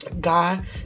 God